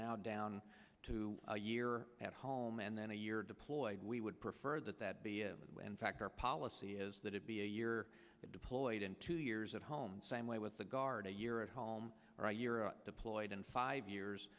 now down to a year at home and then a year deployed we would prefer that that be in fact our policy is that it be a year deployed in two years at home same way with the guard a year at home or a year deployed and five years